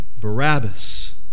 Barabbas